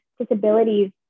disabilities